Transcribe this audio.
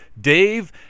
Dave